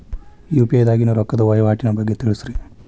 UPI ದಾಗಿನ ರೊಕ್ಕದ ವಹಿವಾಟಿನ ಬಗ್ಗೆ ತಿಳಸ್ರಿ